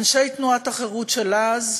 אנשי תנועת החרות של אז,